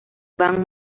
van